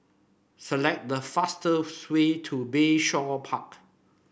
select the fastest way to Bayshore Park